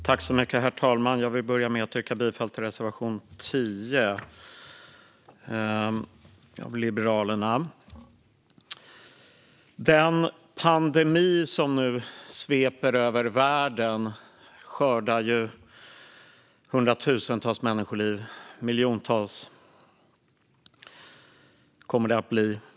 Herr talman! Jag vill börja med att yrka bifall till reservation 10 av Liberalerna. Den pandemi som nu sveper över världen skördar hundratusentals människoliv, och det kommer att bli miljontals.